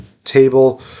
Table